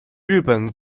日本